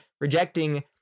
rejecting